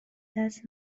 دست